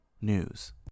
news